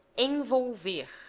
envolver,